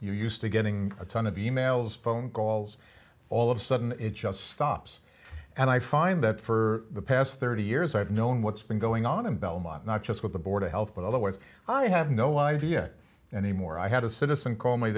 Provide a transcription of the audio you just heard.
you used to getting a ton of e mails phone calls all of sudden it just stops and i find that for the past thirty years i've known what's been going on in belmont not just with the board of health but otherwise i have no idea anymore i had a citizen call me